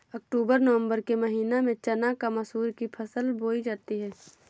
अक्टूबर नवम्बर के महीना में चना मसूर की फसल बोई जाती है?